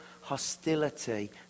hostility